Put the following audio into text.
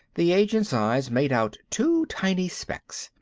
the agent's eyes made out two tiny specks.